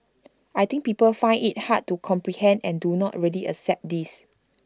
I think people find IT hard to comprehend and do not really accept this